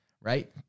Right